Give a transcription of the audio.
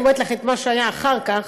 אני אומרת לך מה היה אחר כך.